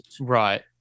Right